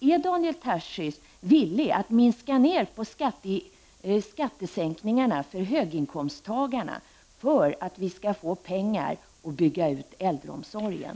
Är Daniel Tarschys villig att minska skattesänkningarna för höginkomsttagarna för att vi skall få pengar att bygga ut äldreomsorgen?